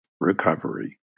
recovery